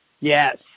Yes